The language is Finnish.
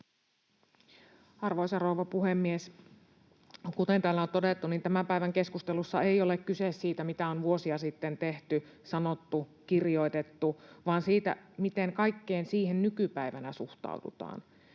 Arvoisa rouva puhemies! Kuten täällä on todettu, tämän päivän keskustelussa ei ole kyse siitä, mitä on vuosia sitten tehty, sanottu, kirjoitettu, vaan siitä, miten kaikkeen siihen nykypäivänä suhtaudutaan.